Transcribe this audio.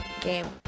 game